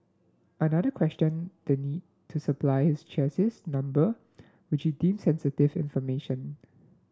another questioned the need to supply his chassis number which he deemed sensitive information